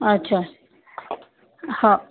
अच्छा हा